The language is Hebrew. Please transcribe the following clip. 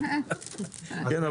כן,